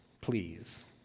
please